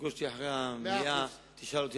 תפגוש אותי אחרי המליאה ותשאל אותי,